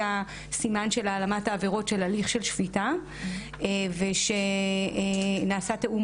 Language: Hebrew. הסימן של העלמת העבירות של הליך של שפיטה ושנעשה תיאום